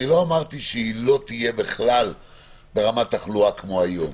אני לא אמרתי שהיא לא תהיה בכלל ברמת תחלואה כמו היום.